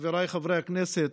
חבריי חברי הכנסת,